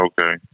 Okay